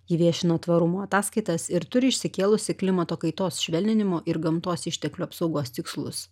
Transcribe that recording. ji viešino tvarumo ataskaitas ir turi išsikėlusi klimato kaitos švelninimo ir gamtos išteklių apsaugos tikslus